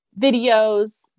videos